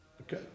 Okay